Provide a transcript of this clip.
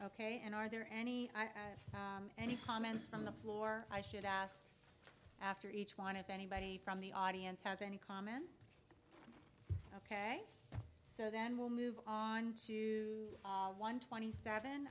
ok and are there any any comments from the floor i should ask after each one if anybody from the audience has any comments ok so then we'll move on to one twenty seven